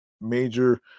major